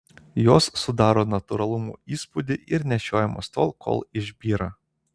jos sudaro natūralumo įspūdį ir nešiojamos tol kol išbyra